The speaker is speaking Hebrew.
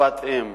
שפת-אם